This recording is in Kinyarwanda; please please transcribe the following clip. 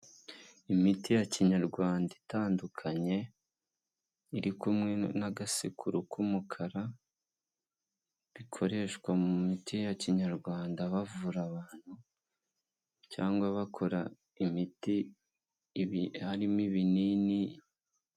Imiti ya kinyarwanda itandukanye, iri kumwe n'agasekururo k'umukara, bikoreshwa mu miti ya kinyarwanda bavura abantu, cyangwa bakora imiti harimo ibinini.